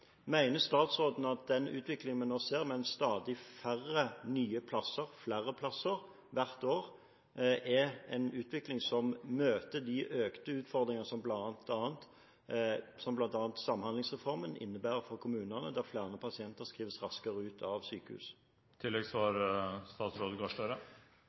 statsråden at den utviklingen vi nå ser, med stadig færre nye plasser flere steder hvert år, er en utvikling som møter de økte utfordringene som bl.a. Samhandlingsreformen innebærer for kommunene, der flere pasienter skrives raskere ut av sykehus?